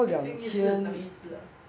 经一事长一智 ah